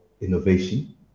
innovation